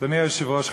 אדוני היושב-ראש,